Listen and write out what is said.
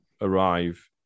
arrive